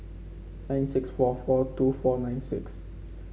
nine six four four two four nine six